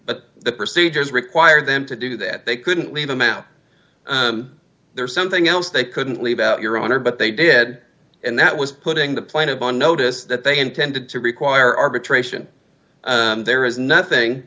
but the procedures require them to do that they couldn't leave them out there's something else they couldn't leave out your honor but they did and that was putting the planet on notice that they intended to require arbitration there is nothing